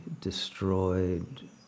destroyed